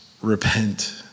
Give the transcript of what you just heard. repent